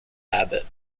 habit